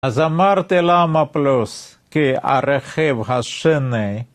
אז אמרתי למה פלוס כי הרכיב השני